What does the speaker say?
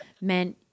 men